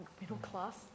middle-class